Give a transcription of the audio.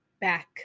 back